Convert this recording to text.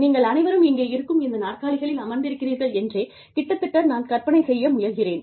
நீங்கள் அனைவரும் இங்கே இருக்கும் இந்த நாற்காலிகளில் அமர்ந்திருக்கிறீர்கள் என்றே கிட்டத்தட்ட நான் கற்பனை செய்ய முயல்கிறேன்